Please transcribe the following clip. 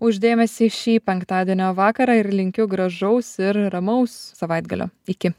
už dėmesį šį penktadienio vakarą ir linkiu gražaus ir ramaus savaitgalio iki